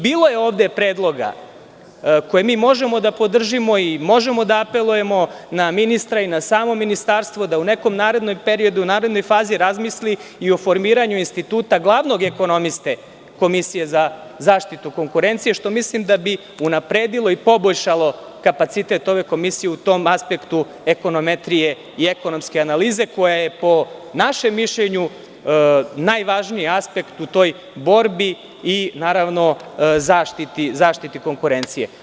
Bilo je ovde predloga koje mi možemo da podržimo i možemo da apelujemo na ministra i na samo ministarstvo da u nekom narednom periodu, narednoj fazi, razmisli i o formiranju instituta glavnog ekonomiste Komisije za zaštitu konkurencije, što mislim da bi unapredilo i poboljšalo kapacitet ove komisije u tom aspektu ekonometrije i ekonomske analize koja je, po našem mišljenju, najvažniji aspekt u toj borbi i zaštiti konkurencije.